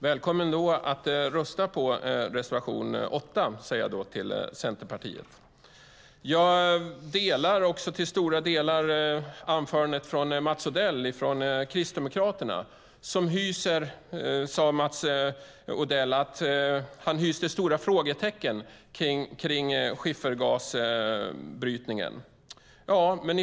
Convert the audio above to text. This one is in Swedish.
Välkommen att rösta på reservation 8, säger jag då till Centerpartiet! Jag delar också till stora delar anförandet av Kristdemokraternas Mats Odell. Han sade att han hyste stora frågetecken kring skiffergasbrytningen.